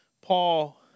Paul